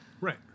Right